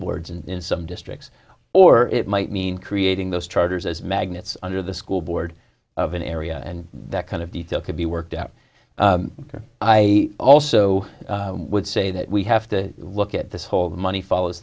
boards and in some districts or it might mean creating those charters as magnets under the school board of an area and that kind of detail could be worked out i also would say that we have to look at this whole the money follows